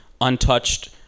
untouched